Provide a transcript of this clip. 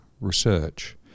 research